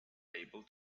able